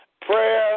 prayer